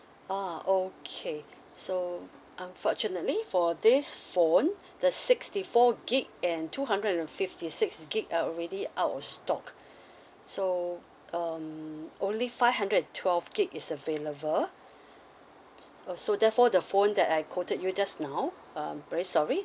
ah okay so unfortunately for this phone the sixty four gigabyte and two hundred and fifty six gigabyte are already out of stock so um only five hundred and twelve gigabyte is available uh so therefore the phone that I quoted you just now um very sorry